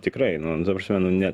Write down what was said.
tikrai nu ta prasme nu ne